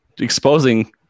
exposing